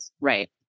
Right